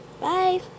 Bye